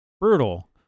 brutal